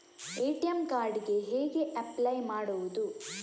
ATM card ಗೆ ಹೇಗೆ apply ಮಾಡುವುದು?